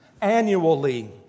Annually